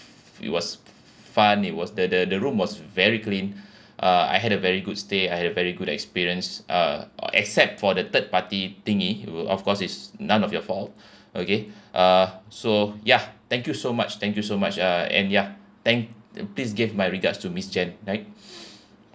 it was fun it was the the the room was very clean uh I had a very good stay I had a very good experience uh or except for the third party thingy you of course it's none of your fault okay uh so ya thank you so much thank you so much uh and ya thank please give my regards to miss jane right